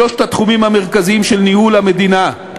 בשלושת התחומים המרכזיים של ניהול המדינה: